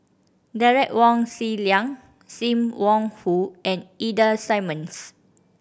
Derek Wong Zi Liang Sim Wong Hoo and Ida Simmons